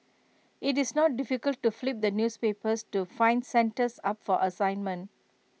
IT is not difficult to flip the newspapers to find centres up for assignment